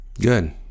Good